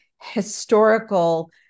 historical